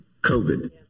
covid